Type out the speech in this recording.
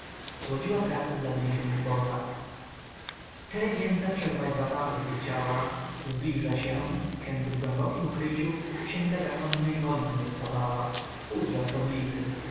słodziła prace dla bliźnich i boga te jędza przerwać zabawy gdy chciała zbliża się kędy w głębokiem ukryciu xięga zakonnej wojny zostawała płód żartobliwy